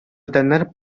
edenler